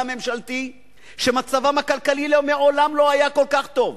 הממשלתי שמצבם הכלכלי מעולם לא היה כל כך טוב,